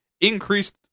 Increased